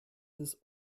des